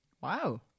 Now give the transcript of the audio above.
Wow